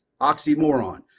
oxymoron